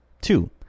Two